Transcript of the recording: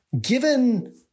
given